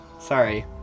sorry